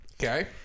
Okay